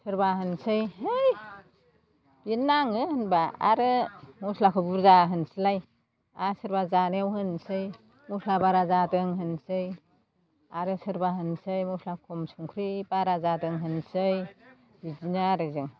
सोरबा होनसै है बिनो नाङो होनबा आरो मस्लाखौ बुरजा होनोसैलाय आरो सोरबा जानायाव होनसै मस्ला बारा जादों होनसै आरो सोरबा होनसै मस्ला खम संख्रि बारा जादों होनसै बिदिनो आरो जों